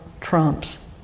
trumps